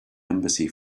embassy